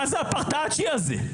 מה זה הפרטאצ'י הזה?